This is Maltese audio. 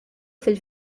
fil